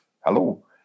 hello